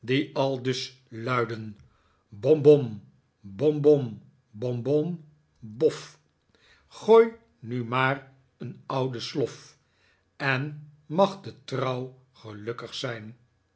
die aldus luidden bom bom bom bom bom bom bof gooi mi maar een oude slof en mag de trouw gelukkig zijn